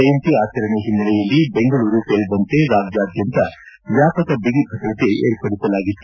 ಜಯಂತಿ ಆಚರಣೆ ಹಿನ್ನಲೆಯಲ್ಲಿ ಬೆಂಗಳೂರು ಸೇರಿದಂತೆ ರಾಜ್ಡಾದ್ದಂತ ವ್ಯಾಪಕ ಬಿಗಿಭದ್ರತೆ ವಿರ್ಪಡಿಸಲಾಗಿತ್ತು